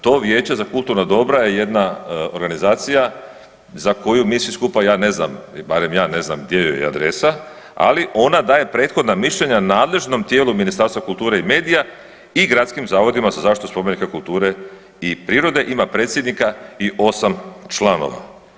To Vijeće za kulturna dobra je jedna organizacija za koju mi svi skupa, ja ne znam, barem ja ne znam gdje joj je adresa, ali ona daje prethodna mišljenja nadležnom tijelu Ministarstva kulture i medija i gradskim zavodima za zaštitu spomenika kulture i prirode, ima predsjednika i 8 članova.